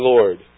Lord